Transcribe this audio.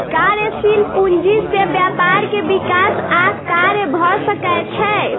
कार्यशील पूंजी से व्यापार के विकास आ कार्य भ सकै छै